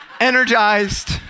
Energized